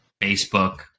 Facebook